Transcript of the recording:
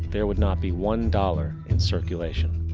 there would not be one dollar in circulation.